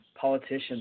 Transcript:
Politicians